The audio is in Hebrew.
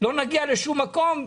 לא נגיע לשום מקום,